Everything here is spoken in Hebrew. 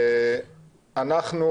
אנחנו